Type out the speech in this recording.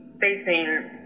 facing